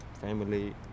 family